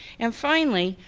and finally,